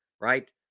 right